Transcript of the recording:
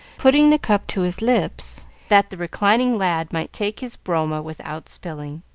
putting the cup to his lips that the reclining lad might take his broma without spilling.